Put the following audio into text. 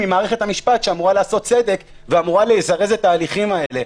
ממערכת המשפט שאמורה לעשות צדק ואמורה לזרז את התהליכים האלה.